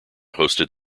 hosted